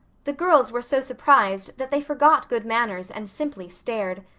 the girls were so surprised that they forgot good manners and simply stared.